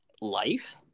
life